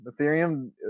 Ethereum